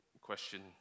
question